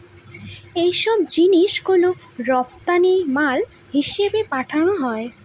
এইসব জিনিস গুলো রপ্তানি মাল হিসেবে পাঠানো হয়